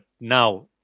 now